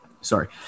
sorry